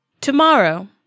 tomorrow